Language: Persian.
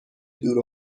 دور